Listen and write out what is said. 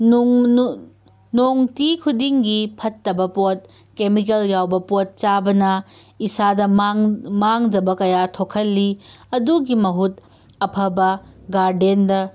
ꯅꯨꯡꯇꯤ ꯈꯨꯗꯤꯡꯒꯤ ꯐꯠꯇꯕ ꯄꯣꯠ ꯀꯦꯃꯤꯀꯦꯜ ꯌꯥꯎꯕ ꯄꯣꯠ ꯆꯥꯕꯅ ꯏꯁꯥꯗ ꯃꯥꯡꯖꯕ ꯀꯌꯥ ꯊꯣꯛꯍꯜꯂꯤ ꯑꯗꯨꯒꯤ ꯃꯍꯨꯠ ꯑꯐꯕ ꯒꯥꯔꯗꯦꯟꯗ